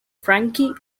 frankie